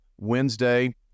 Wednesday